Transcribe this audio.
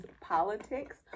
politics